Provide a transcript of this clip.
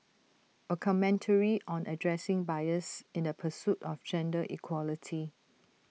A commentary on addressing bias in the pursuit of gender equality